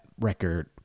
record